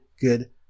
good